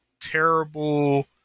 terrible